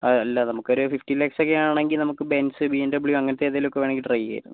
അല്ല നമുക്കൊരു ഫിഫ്റ്റി ലാക്സ് ഒക്കെയാണെങ്കിൽ നമുക്ക് ബെൻസ് ബി എം ഡബ്ലിയൂ അങ്ങനത്തെ ഏതെങ്കിലുമൊക്കെ വേണമെങ്കിൽ ട്രൈ ചെയ്യാമായിരുന്നു